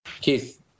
Keith